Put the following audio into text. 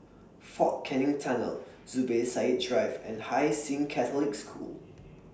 Fort Canning Tunnel Zubir Said Drive and Hai Sing Catholic School